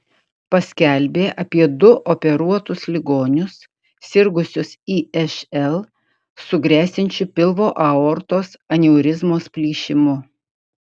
paskelbė apie du operuotus ligonius sirgusius išl su gresiančiu pilvo aortos aneurizmos plyšimu